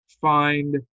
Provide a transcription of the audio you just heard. find